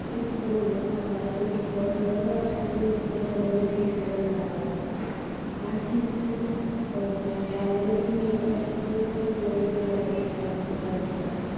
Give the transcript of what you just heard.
ഇപ്പോൾ പൊതുവേ കാണാറുള്ളത് ബിഗ് ബോസ് ആണ് അത് വർഷത്തിൽ ഒരിക്കലാണ് ഒരു സീസൺ ഉണ്ടാവാറ് ആ സീസൺ വളരെയധികം ഇൻട്രസ്റ്റിങ്ങ് ആയിട്ടുള്ളൊരു പരിപാടിയായിട്ടാണ് എനിക്ക് തോന്നിയിട്ടുള്ളത്